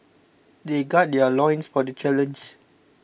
they gird their loins for the challenge